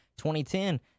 2010